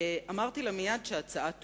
אמרתי לה מייד שההצעה טובה.